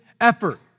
effort